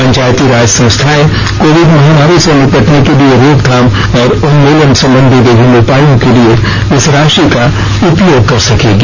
पंचायती राज संस्थाएं कोविड महामारी से निपटने के लिए रोकथाम और उन्मूलन संबंधी विभिन्न उपायों के लिए इस राशि का उपयोग कर सकेंगी